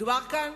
מדובר כאן